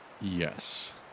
yes